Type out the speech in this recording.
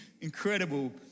incredible